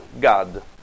god